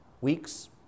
weeks